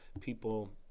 people